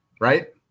Right